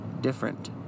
different